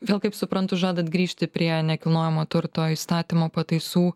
vėl kaip suprantu žadat grįžti prie nekilnojamo turto įstatymo pataisų